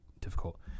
difficult